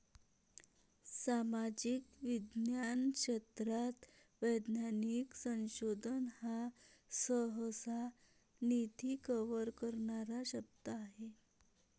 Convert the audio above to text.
सामाजिक विज्ञान क्षेत्रात वैज्ञानिक संशोधन हा सहसा, निधी कव्हर करणारा शब्द आहे